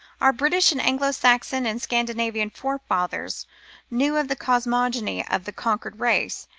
our british and anglo-saxon and scandi navian forefathers knew of the cosmogony of the conquered race,